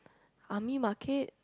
army market